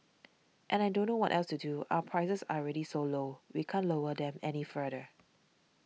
and I don't know what else to do our prices are already so low we can't lower them any further